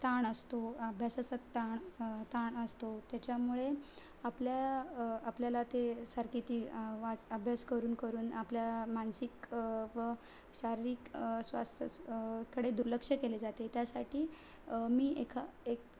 ताण असतो अभ्यासाचा ताण ताण असतो त्याच्यामुळे आपल्या आपल्याला ते सारखी ती वाच अभ्यास करून करून आपल्या मानसिक व शारीरिक स्वास्थ्या कडे दुर्लक्ष केले जाते त्यासाठी मी एका एक